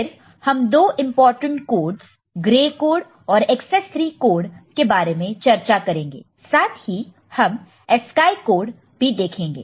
फिर हम दो इंपॉर्टेंट कोडस ग्रे कोड और एकसेस 3 कोड के बारे में चर्चा करेंगे साथ ही हम ASCII कोड भी देखेंगे